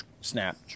snap